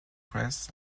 press